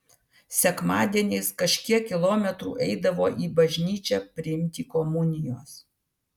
sekmadieniais kažkiek kilometrų eidavo į bažnyčią priimti komunijos